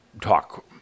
talk